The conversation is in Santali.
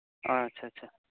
ᱟᱪᱪᱷᱟ ᱟᱪᱪᱷᱟ